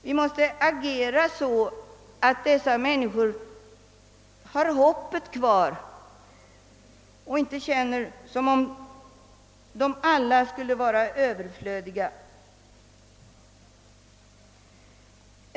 Vi måste agera så att människorna i dessa samhällen har hoppet kvar och inte känner sig överflödiga.